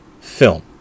film